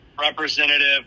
representative